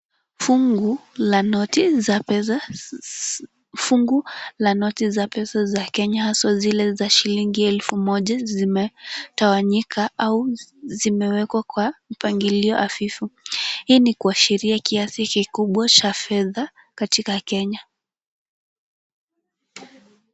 Fungu la noti za pesa, fungu la noti za pesa za Kenya hasa zile za shilingi elfu moja zimetawanyika au zimewekwa kwa mpangilio hafifu. Hii ni kuashiria kiasi kikubwa cha fedha katika Kenya.